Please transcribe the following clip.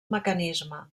mecanisme